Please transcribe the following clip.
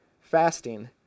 Fasting